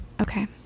Okay